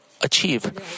achieve